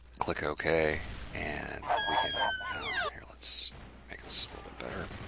click ok, and we can here, let's make this a little bit better.